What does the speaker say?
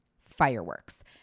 fireworks